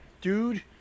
dude